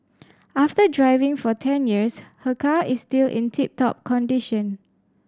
after driving for ten years her car is still in tip top condition